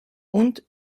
und